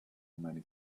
many